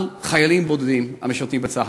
על חיילים בודדים המשרתים בצה"ל.